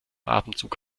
atemzug